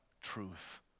truth